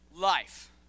life